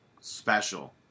special